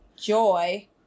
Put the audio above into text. joy